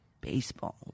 Baseball